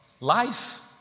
life